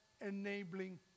enabling